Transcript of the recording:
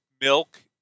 milk